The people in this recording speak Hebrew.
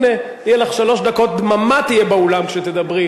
הנה, יהיו לך שלוש דקות, דממה תהיה באולם כשתדברי.